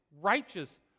righteous